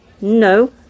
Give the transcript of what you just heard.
No